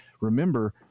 remember